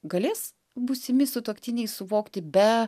galės būsimi sutuoktiniai suvokti be